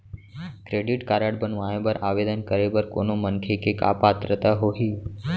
Credit card बनवाए बर आवेदन करे बर कोनो मनखे के का पात्रता होही?